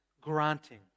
granting